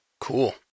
Cool